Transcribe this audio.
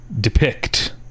depict